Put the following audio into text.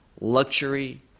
luxury